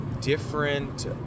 different